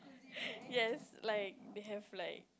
yes like they have like